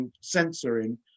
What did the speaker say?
censoring